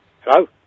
Hello